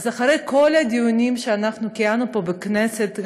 אחרי כל הדיונים שאנחנו קיימנו פה בכנסת,